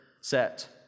set